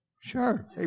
Sure